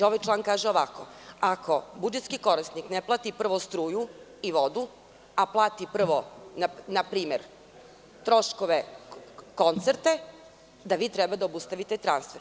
Ovaj član kaže ovako – ako budžetski korisnik ne plati prvo struju i vodu, a plati npr. prvo troškove koncerta, da vi treba da obustavite transfer.